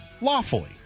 lawfully